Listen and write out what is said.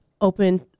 open